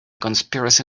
conspiracy